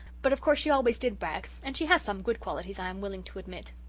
but of course she always did brag and she has some good qualities i am willing to admit,